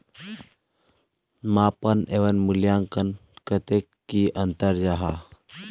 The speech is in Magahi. मापन एवं मूल्यांकन कतेक की अंतर जाहा?